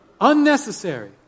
unnecessary